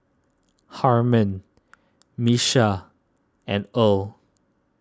Harman Miesha and Earl